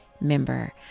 member